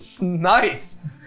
Nice